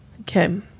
Okay